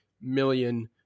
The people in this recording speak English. million